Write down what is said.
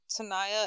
Tanaya